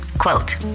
Quote